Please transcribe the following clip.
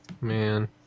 man